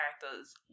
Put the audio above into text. characters